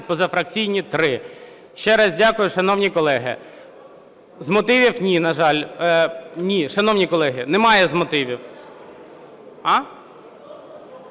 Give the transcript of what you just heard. позафракційні – 3. Ще раз дякую, шановні колеги. З мотивів – ні, на жаль. Ні, шановні колеги, немає з мотивів.